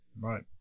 Right